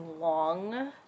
long